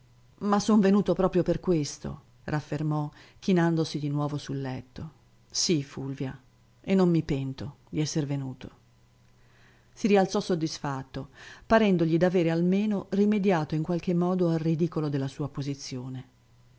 ma sono venuto proprio per questo raffermò chinandosi di nuovo sul letto sì fulvia e non mi pento d'esser venuto si rialzò soddisfatto parendogli d'avere almeno rimediato in qualche modo al ridicolo della sua posizione